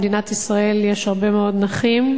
במדינת ישראל יש הרבה מאוד נכים,